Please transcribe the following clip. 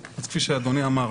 אז כפי שאדוני אמר,